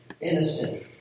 innocent